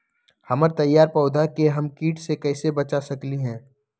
हमर तैयार पौधा के हम किट से कैसे बचा सकलि ह?